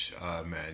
Man